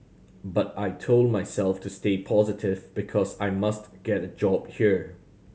but I told myself to stay positive because I must get a job here